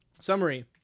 summary